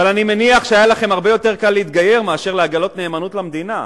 אבל אני מניח שהיה לכם הרבה יותר קל להתגייר מאשר לגלות נאמנות למדינה,